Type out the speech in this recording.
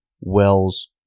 Wells